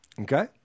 Okay